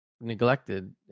neglected